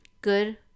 good